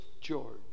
George